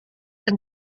and